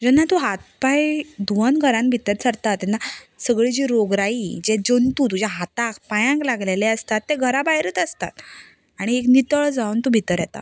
जेन्ना तूं हात पांय धुवन घरांत भितर सरता तेन्ना सगळे जे रोगराइ जे जंतू तुज्या हाताक पांयांक लागलेले आसतात ते घरा भायरच आसतात आनी एक नितळ जावन तूं भितर येता